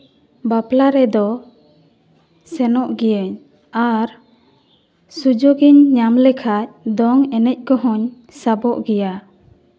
ᱵᱟᱯᱞᱟ ᱨᱮᱫᱚ ᱥᱮᱱᱚᱜ ᱜᱤᱭᱟᱹᱧ ᱟᱨ ᱥᱩᱡᱳᱜᱽ ᱤᱧ ᱧᱟᱢ ᱞᱮᱠᱷᱟᱱ ᱫᱚᱝ ᱮᱱᱮᱡ ᱠᱚᱦᱚᱧ ᱥᱟᱵᱚᱜ ᱜᱮᱭᱟ